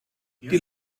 die